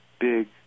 big